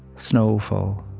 snow fall,